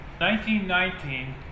1919